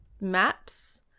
maps